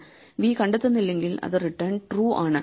v കണ്ടെത്തുന്നില്ലെങ്കിൽ അത് return true ആണ്